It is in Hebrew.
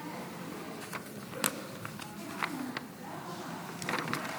(אומרת דברים בשפת הסימנים,